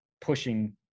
pushing